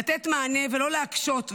לתת מענה ולא להקשות,